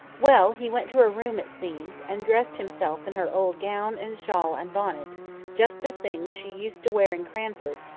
well! he went to her room, it seems, and dressed himself in her old gown, and shawl, and bonnet just the things she used to wear in cranford,